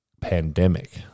pandemic